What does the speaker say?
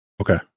Okay